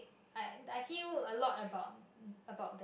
I I feel a lot about about that